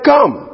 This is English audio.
Come